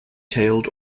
tailed